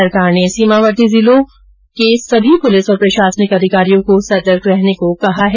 सरकार ने सीमावर्ती जिलों के सभी पुलिस और प्रशासनिक अधिकारियों को सतर्क रहने के निर्देश दिये हैं